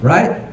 Right